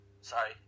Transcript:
Sorry